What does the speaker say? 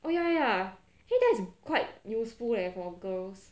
oh ya ya actually that's quite useful leh for girls